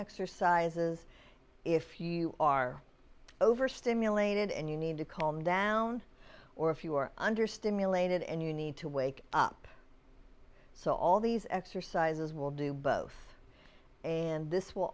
exercises if you are over stimulated and you need to calm down or if you are under stimulated and you need to wake up so all these exercises will do both and this will